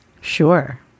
Sure